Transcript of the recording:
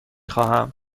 خواهم